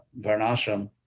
Varnashram